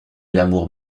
l’amour